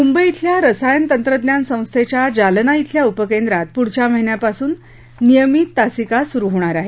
मुंबई इथल्या रसायन तंत्रज्ञान संस्थेच्या जालना इथल्या उपकेंद्रात पुढच्या महिन्यापासून नियमित तासिका सुरू होणार आहेत